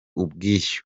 ubwishyu